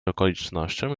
okolicznościom